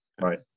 right